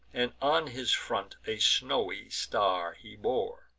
and on his front a snowy star he bore.